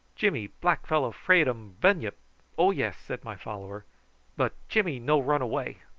jimmy, black fellow fraid um bunyip oh, yes! said my follower but jimmy no run away.